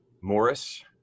Morris